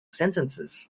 sentences